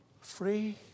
Free